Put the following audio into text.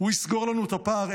הוא יסגור לנו את הפער,